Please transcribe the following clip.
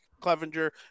Clevenger